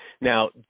Now